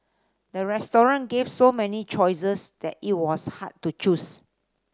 the restaurant gave so many choices that it was hard to choose